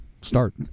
start